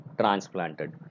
transplanted